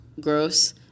gross